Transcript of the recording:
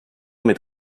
mit